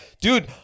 Dude